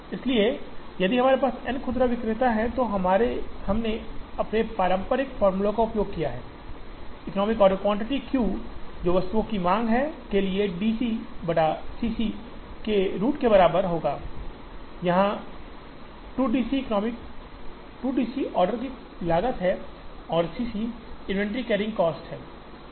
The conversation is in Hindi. इसलिए यदि हमारे पास n खुदरा विक्रेता हैं तो हमने अपने पारंपरिक फार्मूलों का उपयोग किया है इकनोमिक आर्डर क्वांटिटी Q जो वस्तु की मांग है के लिए 2 DC बटा C c के रूट के बराबर होगा यहाँ ऑर्डर की लागत है और इन्वेंट्री कैरिंग कॉस्ट है